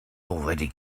already